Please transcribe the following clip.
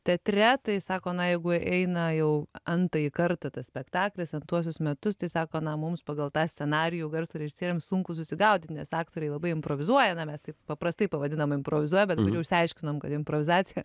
teatre tai sako na jeigu eina jau entąjį kartą tas spektaklis entuosius metus tai sako na mums pagal tą scenarijų garso režisieriams sunku susigaudyt nes aktoriai labai improvizuoja na mes taip paprastai pavadinam improvizuoja bet kur jau išsiaiškinom kad improvizacija